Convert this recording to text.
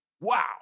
Wow